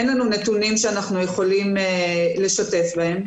אין לנו נתונים שאנחנו יכולים לשתף בהם.